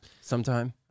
sometime